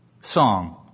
song